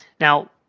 Now